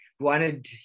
wanted